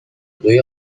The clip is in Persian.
دوی